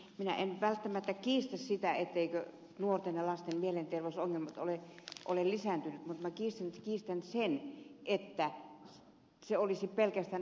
minä en välttämättä kiistä sitä että nuorten ja lasten mielenterveysongelmat ovat lisääntyneet mutta minä kiistän sen että se olisi pelkästään näitten lasten syy